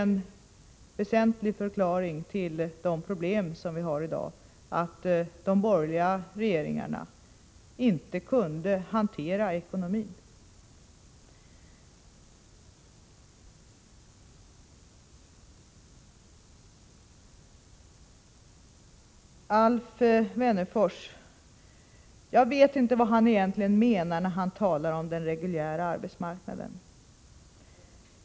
En väsentlig förklaring till de problem som vi har i dag är att de borgerliga regeringarna inte kunde hantera ekonomin. Jag vet egentligen inte vad Alf Wennerfors menar när han talar om den reguljära arbetsmarknaden.